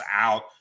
out